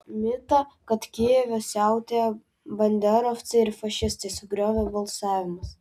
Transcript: mitą kad kijeve siautėja banderovcai ir fašistai sugriovė balsavimas